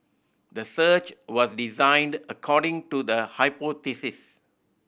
the search was designed according to the hypothesis